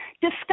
discuss